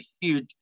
huge